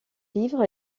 livres